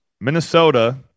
Minnesota